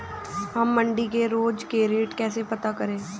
हम मंडी के रोज के रेट कैसे पता करें?